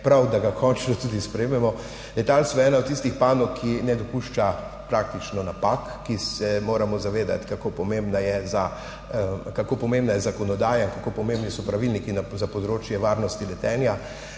prav, da ga končno tudi sprejmemo. Letalstvo je ena od tistih panog, ki praktično ne dopušča napak in pri kateri se moramo zavedati, kako pomembna je zakonodaja in kako pomembni so pravilniki za področje varnosti letenja.